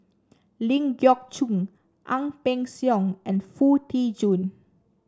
Ling Geok Choon Ang Peng Siong and Foo Tee Jun